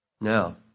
Now